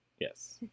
Yes